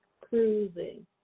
Cruising